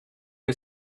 who